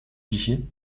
fichier